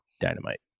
dynamite